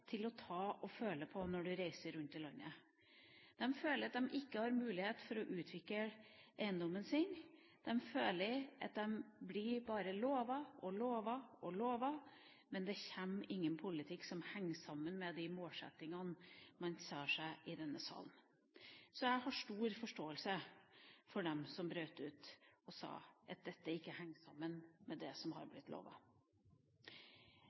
til å ta og føle på når du reiser rundt i landet. De føler at de ikke har mulighet til å utvikle eiendommen sin. De føler at de bare blir lovet og lovet og lovet, men at det ikke kommer noen politikk som henger sammen med de målsettingene man har satt seg i denne salen. Så jeg har stor forståelse for dem som brøt ut og sa at dette ikke henger sammen med det som har